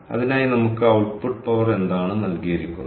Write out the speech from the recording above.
അതിനായി നമുക്ക് output power എന്താണ് നൽകിയിരിക്കുന്നത്